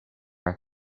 are